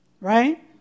right